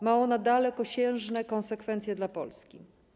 Ma ona dalekosiężne konsekwencje dla Polski.